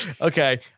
Okay